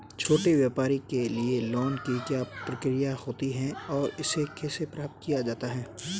छोटे व्यापार के लिए लोंन की क्या प्रक्रिया होती है और इसे कैसे प्राप्त किया जाता है?